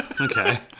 Okay